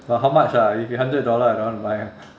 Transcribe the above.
but how much ah if hundred dollar I don't want to buy ah